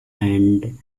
and